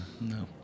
No